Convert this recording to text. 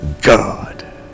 God